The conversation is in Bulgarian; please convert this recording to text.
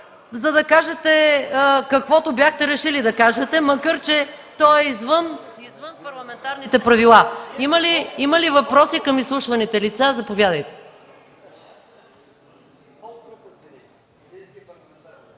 за да кажете каквото бяхте решили да кажете, макар че то е извън парламентарните правила. Има ли въпроси към изслушваните лица? Заповядайте.